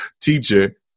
teacher